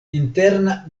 interna